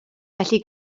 felly